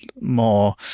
more